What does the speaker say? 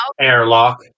Airlock